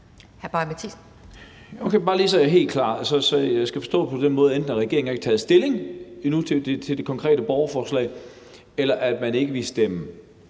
det lige er helt klart vil jeg spørge, om jeg skal forstå det på den måde, at enten har regeringen ikke taget stilling endnu til det konkrete borgerforslag, eller at man ikke vil stemme